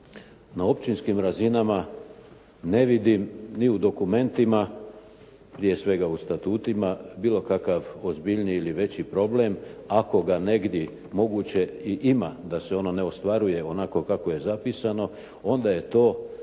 na općinskim razinama ne vidim ni u dokumentima, prije svega u Statutima bilo kakav ozbiljniji ili veći problem ako ga negdi moguće i ima da se ono ne ostvaruje onako kako je zapisano onda je to